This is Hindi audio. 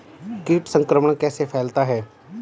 कीट संक्रमण कैसे फैलता है?